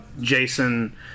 Jason